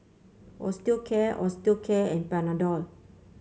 Osteocare Osteocare and Panadol